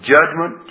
Judgment